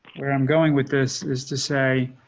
where i'm going with this is to say